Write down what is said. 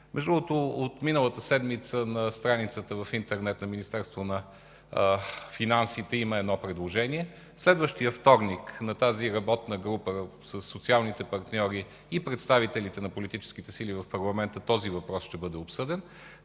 Между другото, от миналата седмица на страницата на Министерство на финансите в интернет има едно предложение. Следващият вторник на тази работна група със социалните партньори и представителите на политическите сили в парламента този въпрос ще бъде обсъден.